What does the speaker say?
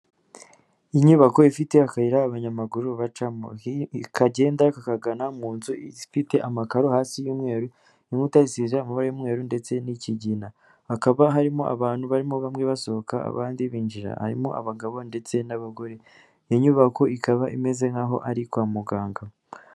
Inyubako ifite akayira abanyamaguru bacamo. kagenda kakagana mu nzu ifite amakaro hasi y'umweru, inkuta zisize amabara y'umweru ndetse n'ikigina. Hakaba harimo abantu barimo bamwe barimo basohoka abandi binjira, harimo abagabo ndetse n'abagore. Iyo nyubako ikaba imeze nk'aho ari kwa muganga